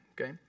okay